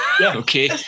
Okay